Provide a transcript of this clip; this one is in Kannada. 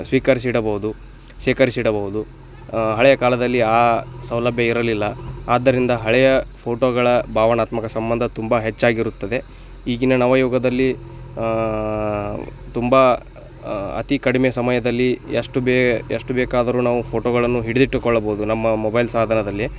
ಸ್ವೀಕರಿಸಿಡಬೌದು ಶೇಖರಿಸಿಡಬೌದು ಹಳೆಯ ಕಾಲದಲ್ಲಿ ಆ ಸೌಲಭ್ಯ ಇರಲಿಲ್ಲ ಆದ್ದರಿಂದ ಹಳೆಯ ಫೋಟೋಗಳ ಭಾವನಾತ್ಮಕ ಸಂಬಂಧ ತುಂಬ ಹೆಚ್ಚಾಗಿರುತ್ತದೆ ಈಗಿನ ನವಯುಗದಲ್ಲಿ ತುಂಬ ಅತಿ ಕಡಿಮೆ ಸಮಯದಲ್ಲಿ ಎಷ್ಟು ಬೇ ಎಷ್ಟು ಬೇಕಾದರೂ ನಾವು ಫೋಟೋಗಳನ್ನು ಹಿಡಿದಿಟ್ಟುಕೊಳ್ಳಬೌದು ನಮ್ಮ ಮೊಬೈಲ್ ಸಾಧನದಲ್ಲಿ